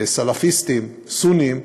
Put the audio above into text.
סלפיסטיים, סוניים,